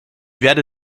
werde